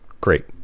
great